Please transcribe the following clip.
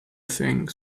thing